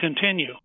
continue